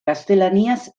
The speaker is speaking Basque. gaztelaniaz